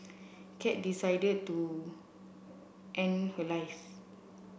cat decided to end her life